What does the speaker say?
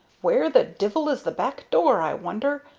where the divil is the back door, i wonder,